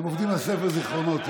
הם עובדים על ספר זיכרונות.